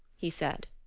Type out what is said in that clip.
he said.